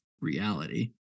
reality